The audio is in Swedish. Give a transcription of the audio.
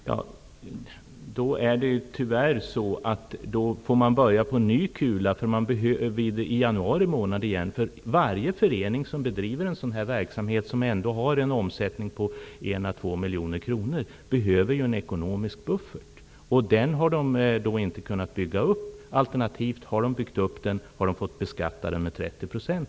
Fru talman! Tyvärr får man då börja på ny kula i januari månad igen. Varje förening som bedriver en sådan här verksamhet, och som har en omsättning på 1 à 2 miljoner kronor, behöver en ekonomisk buffert. Den har inte kunnat byggas upp, eller alternativt har den byggts upp men måste direkt beskattas med 30 %.